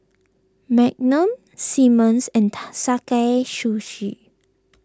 Magnum Simmons and Sakae Sushi